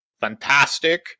fantastic